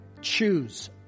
choose